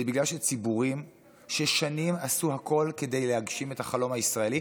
זה בגלל שאלה ציבורים ששנים עשו הכול כדי להגשים את החלום הישראלי,